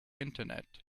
internet